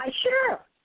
Sure